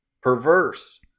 perverse